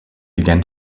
began